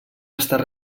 estar